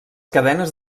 cadenes